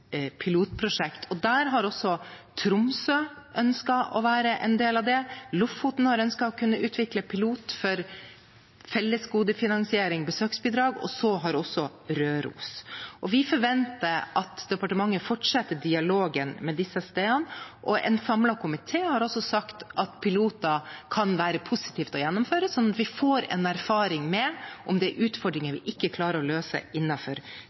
pilotprosjekt. Tromsø har også ønsket å være en del av det. Lofoten har ønsket å kunne utvikle en pilot for fellesgodefinansiering og besøksbidrag, og så har også Røros. Vi forventer at departementet fortsetter dialogen med disse stedene. En samlet komité har også sagt at det kan være positivt å gjennomføre piloter, slik at vi får en erfaring med om det er utfordringer vi ikke klarer å løse